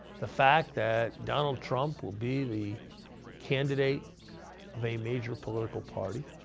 the fact that donald trump will be the candidate of a major political party,